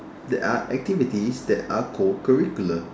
that are activities that are co curricular